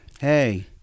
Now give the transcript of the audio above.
Hey